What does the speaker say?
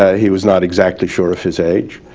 ah he was not exactly sure of his age.